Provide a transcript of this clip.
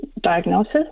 Diagnosis